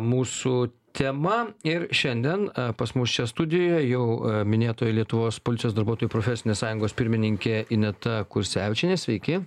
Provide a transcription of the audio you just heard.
mūsų tema ir šiandien pas mus čia studijoje jau minėtoji lietuvos policijos darbuotojų profesinės sąjungos pirmininkė ineta kursevičienė sveiki